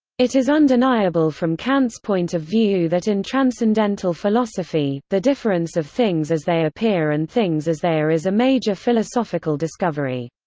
it is undeniable from kant's point of view that in transcendental philosophy, the difference of things as they appear and things as they are is a major philosophical discovery.